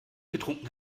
getrunken